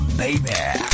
baby